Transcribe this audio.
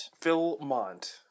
Philmont